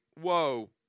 whoa